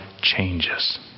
changes